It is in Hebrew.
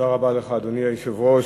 אדוני היושב-ראש,